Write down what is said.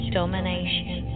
domination